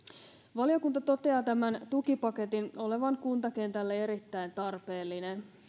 valiokunta toteaa tämän tukipaketin olevan kuntakentälle erittäin tarpeellinen